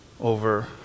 over